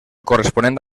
corresponent